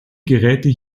geräte